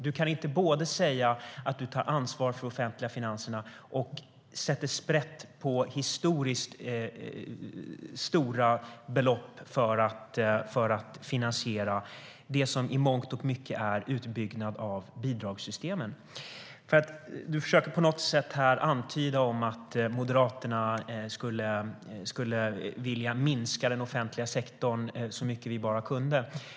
Man kan inte både säga att man tar ansvar för de offentliga finanserna och sedan sätta sprätt på historiskt stora belopp för att finansiera det som i mångt och mycket är en utbyggnad av bidragssystemen. Magdalena Andersson försöker på något sätt antyda att Moderaterna skulle vilja minska den offentliga sektorn så mycket vi bara kan.